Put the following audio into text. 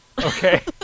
Okay